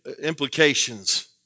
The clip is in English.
implications